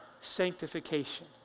sanctification